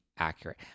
accurate